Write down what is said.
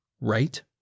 Right